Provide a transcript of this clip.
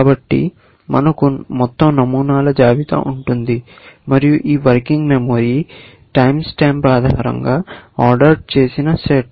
కాబట్టి మనకు మొత్తం నమూనాల జాబితా ఉంటుంది మరియు ఈ వర్కింగ్ మెమరీ టైమ్ స్టాంప్ ఆధారంగా ఆర్డర్ చేసిన సెట్